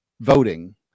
voting